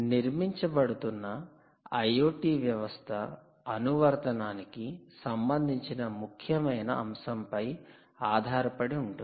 నిర్మించబడుతున్న IoT వ్యవస్థ అనువర్తనానికి సంబంధించిన ముఖ్యమైన అంశంపై ఆధారపడి ఉంటుంది